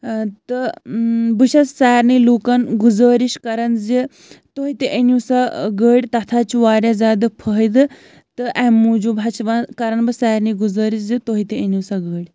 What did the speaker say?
تہٕ بہٕ چھَس سارنی لوٗکَن گُزٲرِش کَران زِ تُہۍ تہِ أنِو سۄ گٔرۍ تَتھ حظ چھِ واریاہ زیادٕ فٲہدٕ تہٕ اَمہِ موٗجوٗب حظ چھِ وَن کَران بہٕ سارنی گُزٲرِش زِ تُہۍ تہِ أنِو سۄ گٔرۍ